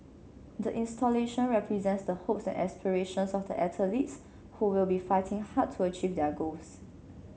the installation represents the hopes and aspirations of the athletes who will be fighting hard to achieve their goals